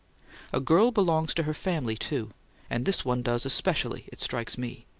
a girl belongs to her family, too and this one does especially, it strikes me!